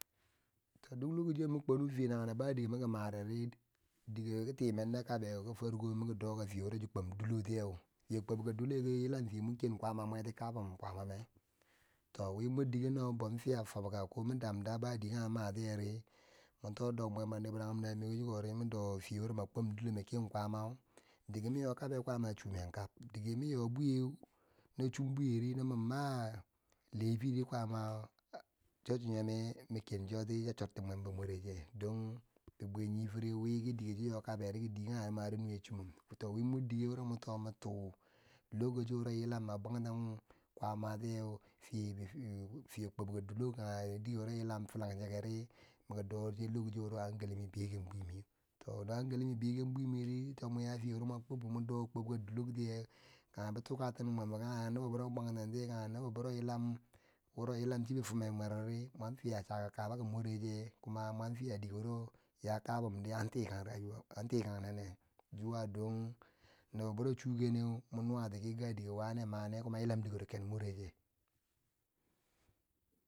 To duk lokoci mi kwinu nangeneri ba dike mi ki mareri di- dike ki time nde kabeu farko maki do kafiye woro chi kwomdilotiye, Fiye kwabka diloke yiam fiye mwon ken kwaa ma mati kaban kwamame, to wi mordike no bo fiya folka ko mi damda ba dike mu matiyeri, muo to do mwembo niram namiko chiko ri do fiye na ken kwaama dike minyo kabe kwaama a chemenka dikemi nyo bwiye no chwubwiye no muma lafii kwaama cho chi yomme mu kin choti cha chotti mwembo murech don bibwe nifire wiki dike cho nyo kaberi be diyekange mari nuwe chwemou to wi mor dike wuro mi to lokaci yo uro yila ma bwanten kwaama tiyeu fi- fi- fiye kwobka dilo kange dike wuro fiye yilan filangeri miki do fiye yomchom hankali miyo be ken bwimiye to hankali mi beken bwimiri mitomo ya kwobka dilori modo Fiyekub ka dilotiye kange tukatine mwe kange nuke kange nobbo wuro mwo bwanten tiye kange nobbo woro yilam shi bi fimer mwerori, mwan fiya cha ka kaba moriche kuma mwan fiya dike wuro ya kabadi an tikan rayuwa nen an tikannene zuwa don nobbo wura chukeneu zuwa da nobbo bero chuekeneu mwan nawati ki ga dike wane mane kuwa yilan dikero ken mworeche.